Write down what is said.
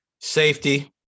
Safety